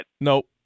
Nope